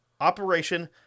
Operation